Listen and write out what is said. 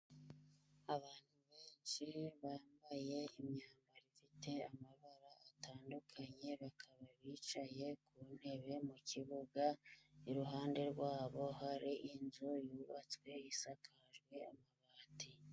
Abantu benshi bambaye imyambaro ifite amabara atandukanye, bakaba bicaye ku ntebe mu kibuga, iruhande rwabo hari inzu yubatswe isakajwe amabati.